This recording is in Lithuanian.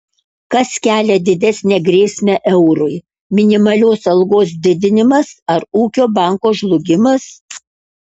kas kelia didesnę grėsmę eurui minimalios algos didinimas ar ūkio banko žlugimas